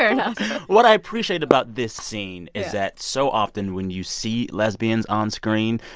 and what i appreciate about this scene is that so often when you see lesbians on screen,